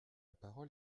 parole